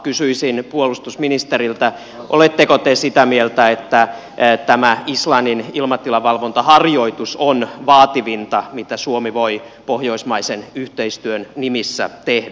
kysyisin puolustusministeriltä oletteko te sitä mieltä että tämä islannin ilmatilavalvontaharjoitus on vaativinta mitä suomi voi pohjoismaisen yhteistyön nimissä tehdä